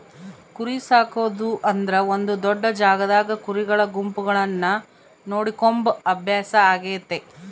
ಕುರಿಸಾಕೊದು ಅಂದ್ರ ಒಂದು ದೊಡ್ಡ ಜಾಗದಾಗ ಕುರಿಗಳ ಗುಂಪುಗಳನ್ನ ನೋಡಿಕೊಂಬ ಅಭ್ಯಾಸ ಆಗೆತೆ